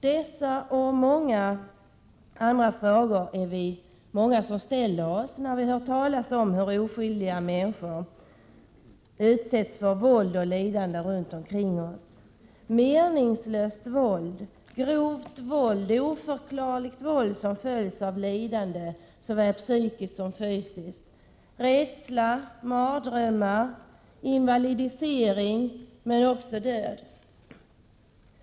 Vi är många som ställer oss dessa och andra frågor, när vi hör talas om hur oskyldiga människor runt omkring oss utsätts för våld och lidande — meningslöst våld, grovt våld, oförklarligt våld som följs av såväl psykiskt som fysiskt lidande, rädsla, mardrömmar, invalidisering och också död.